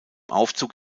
aufzug